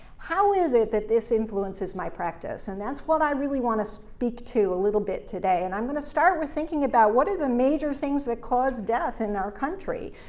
how is it that this influences my practice? and that's what i really want to speak to a little bit today, and i'm going to start with thinking about what are the major things that cause death in our country?